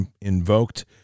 invoked